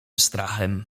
strachem